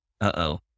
uh-oh